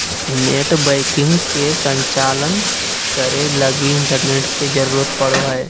net banking के संचालन करे लगी इंटरनेट के जरुरत पड़ो हइ